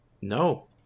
No